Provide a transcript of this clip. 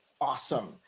Awesome